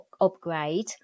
upgrade